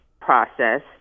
process